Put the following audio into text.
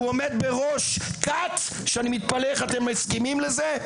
הוא עומד בראש כת שאני מתפלא איך אתם מסכימים לזה,